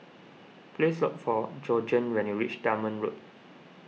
please look for Georgeann when you reach Dunman Road